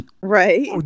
Right